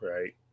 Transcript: right